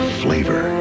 flavor